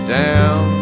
down